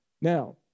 Now